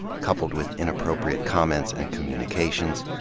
coupled with inappropriate comments and communications,